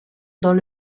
dans